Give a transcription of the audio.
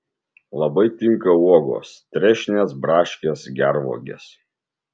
labai tinka uogos trešnės braškės gervuogės